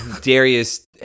Darius